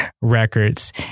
records